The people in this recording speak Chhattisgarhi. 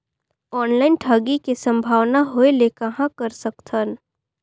ऑनलाइन ठगी के संभावना होय ले कहां कर सकथन?